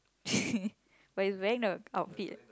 but he's wearing the outfit